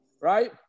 right